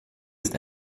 ist